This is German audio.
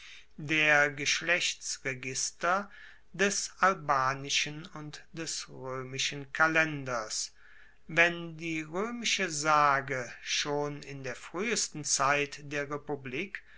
der geschlechtsregister des albanischen und des roemischen kalenders wenn die roemische sage schon in der fruehesten zeit der republik